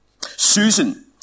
Susan